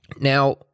Now